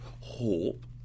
Hope